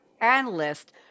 analyst